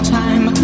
time